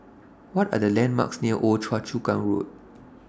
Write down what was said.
What Are The landmarks near Old Choa Chu Kang Road